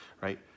right